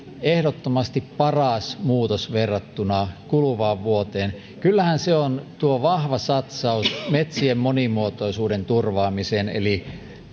ehdottomasti paras muutos verrattuna kuluvaan vuoteen kyllähän se on tuo vahva satsaus metsien monimuotoisuuden turvaamiseen eli